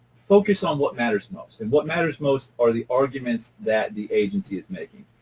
focus on what matters most, and what matters most are the arguments that the agency is making.